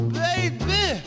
baby